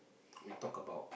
we talk about